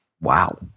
Wow